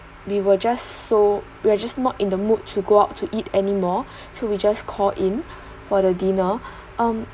we were just so we're just not in the mood to go out to eat anymore so we just called in for the dinner um